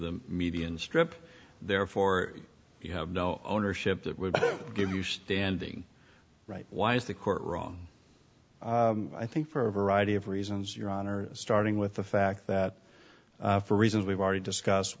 the median strip therefore you have no ownership that would give you standing right why is the court wrong i think for a variety of reasons your honor starting with the fact that for reasons we've already discussed